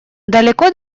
далеко